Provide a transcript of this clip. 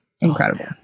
Incredible